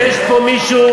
יש פה מישהו,